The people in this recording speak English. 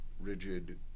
rigid